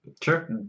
Sure